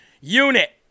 unit